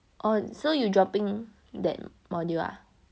oh so you dropping that module ah